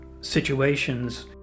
situations